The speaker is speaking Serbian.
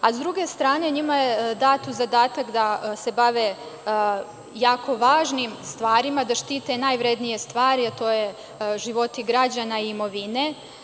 Sa druge strane, njima je dat zadatak da se bave jako važnim stvarima, da štite najvrednije stvari, a to su životi građana i imovine.